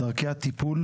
דרכי הטיפול